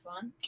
fun